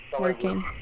Working